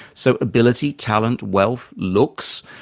so ability, talent, wealth, looks,